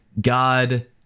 God